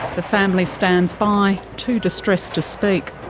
the family stands by, too distressed to speak.